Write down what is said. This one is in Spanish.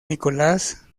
nicolás